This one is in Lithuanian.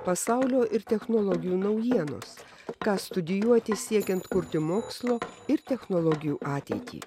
pasaulio ir technologijų naujienos ką studijuoti siekiant kurti mokslo ir technologijų ateitį